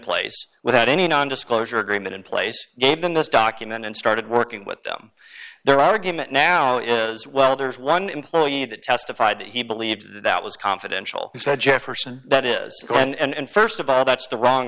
place without any non disclosure agreement in place gave them this document and started working with them their argument now is well there's one employee that testified that he believed that was confidential he said jefferson that is going and st of all that's the wrong